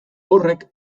horrek